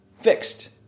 fixed